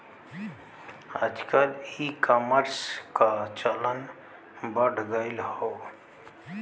आजकल ईकामर्स क चलन बढ़ गयल हौ